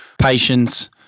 patience